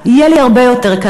יהיה לי הרבה יותר קל.